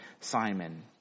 Simon